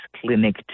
Clinic